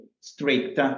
strict